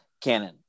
canon